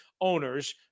owners